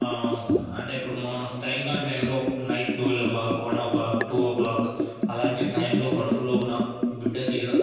అంటే ఇప్పుడు మన టైం కానీ టైంలో night twelve o'clock one o'clock two o'clock అలాంటి టైమ్లో కడుపులో ఉన్న బిడ్డకి ఏదో